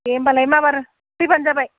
दे होमब्लालाय माबार फैब्लानो जाबाय